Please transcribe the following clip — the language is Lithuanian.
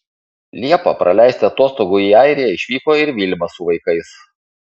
liepą praleisti atostogų į airiją išvyko ir vilma su vaikais